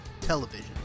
television